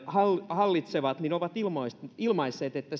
hallitsevat ovat ilmaisseet että